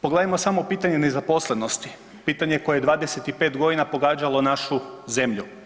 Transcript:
Pogledajmo samo pitanje nezaposlenosti, pitanje koje je 25 godina pogađalo našu zemlju.